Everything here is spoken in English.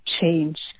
change